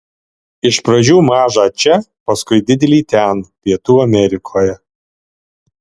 iš pradžių mažą čia paskui didelį ten pietų amerikoje